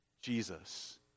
Jesus